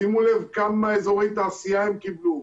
שימו לב כמה אזורי תעשייה הם קיבלו.